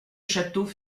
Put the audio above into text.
château